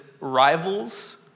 Rivals